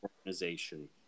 organization